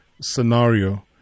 scenario